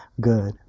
good